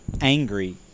angry